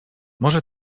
może